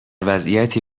وضعیتی